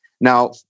Now